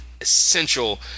essential